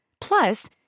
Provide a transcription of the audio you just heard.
Plus